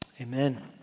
Amen